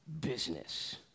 business